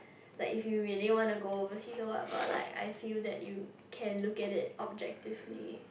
like if you really want to go overseas or what but like I feel that you can look at it objectively